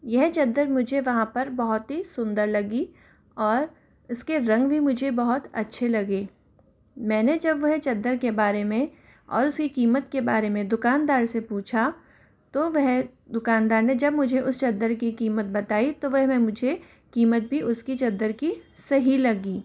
यह चद्दर मुझे वहाँ पर बहुत सुंदर ही लगी और इसके रंग भी मुझे बहुत अच्छे लगे मैंने जब वह चद्दर के बारे में और उसकी कीमत के बारे में दुकानदार से पूछा तो वह दुकानदार ने जब मुझे उस चद्दर की कीमत बताई तो वह वह मुझे कीमत भी उसकी चद्दर की सही लगी